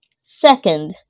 Second